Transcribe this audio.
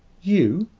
you,